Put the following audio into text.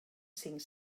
cinc